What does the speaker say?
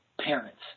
parents